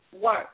work